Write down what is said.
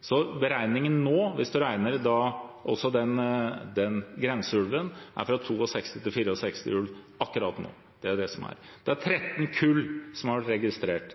Så beregnet, hvis man også regner med grenseulven, er det 62–64 ulv akkurat nå. Slik er det. Det er registrert 13